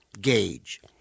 gauge